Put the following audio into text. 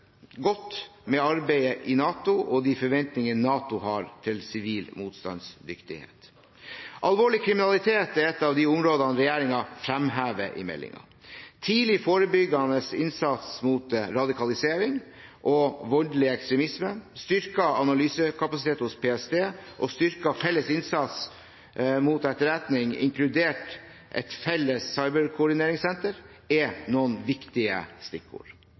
godt med arbeidet i NATO og de forventninger NATO har til sivil motstandsdyktighet. Alvorlig kriminalitet er et av de områdene regjeringen fremhever i meldingen. Tidlig forebyggende innsats mot radikalisering og voldelig ekstremisme, styrket analysekapasitet hos PST og styrket felles innsats mot etterretning, inkludert et felles cyberkoordineringssenter, er noen viktige stikkord.